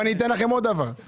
גם